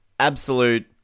Absolute